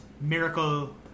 Miracle